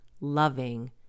loving